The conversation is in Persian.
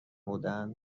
بودن